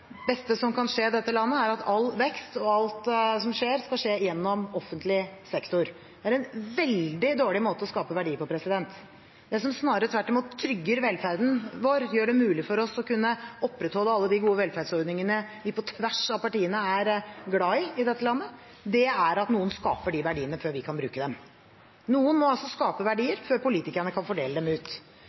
beste som kan skje dette landet, er at all vekst, og alt som skjer, skal skje gjennom offentlig sektor. Det er en veldig dårlig måte å skape verdier på. Det som snarere tvert imot trygger velferden vår og gjør det mulig for oss å kunne opprettholde alle de gode velferdsordningene vi på tvers av partiene er glad i i dette landet, er at noen skaper verdiene før vi kan bruke dem. Noen må altså skape verdier før politikerne kan fordele dem ut.